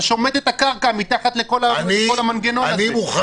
אתה שומט את הקרקע מתחת לכל המנגנון הזה.